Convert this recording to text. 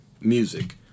music